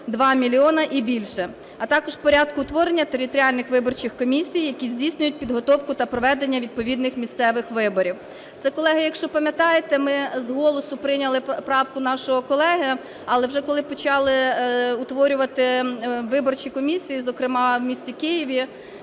2 мільйони і більше, а також порядку утворення територіальних виборчих комісій, які здійснюють підготовку та проведення відповідних місцевих виборів. Це, колеги, якщо пам'ятаєте, ми з голосу прийняли правку нашого колеги, але вже, коли почали утворювати виборчі комісії, зокрема в місті Києві,